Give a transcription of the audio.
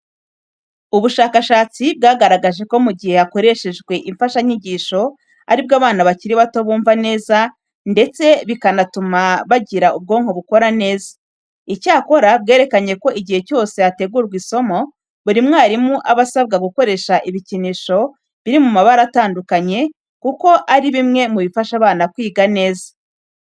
Ubushakashatsi bwagaragaje ko mu gihe hakoreshejwe imfashanyigisho, ari bwo abana bakiri bato bumva neza ndetse bikanatuma bagira ubwonko bukora neza. Icyakora, bwerekana ko igihe cyose hategurwa isomo, buri mwarimu aba asabwa gukoresha ibikinisho biri mu mabara atandukanye kuko ari bimwe mu bifasha abana kwiga neza.